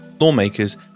lawmakers